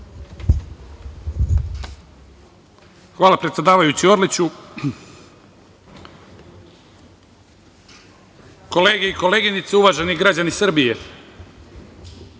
Hvala, predsedavajući Orliću. Kolege i koleginice, uvaženi građani Srbije,